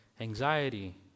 anxiety